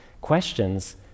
questions